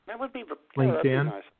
LinkedIn